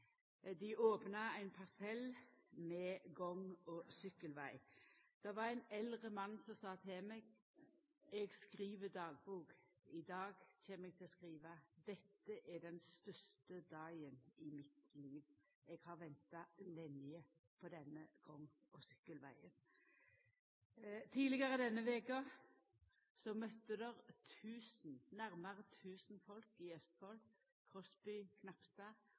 ein opna ein parsell med gang- og sykkelveg. Det var ein eldre mann som sa til meg: Eg skriv dagbok. I dag kjem eg til å skriva: Dette er den største dagen i mitt liv. Eg har venta lenge på denne gang- og sykkelvegen. Tidlegare denne veka møtte det fram nærmare tusen folk i Østfold,